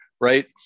right